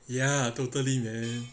ya totally man